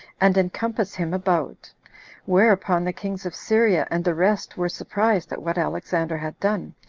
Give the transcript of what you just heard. and encompass him about whereupon the kings of syria and the rest were surprised at what alexander had done,